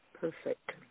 perfect